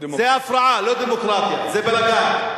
זו הפרעה, לא דמוקרטיה, זה ודאי.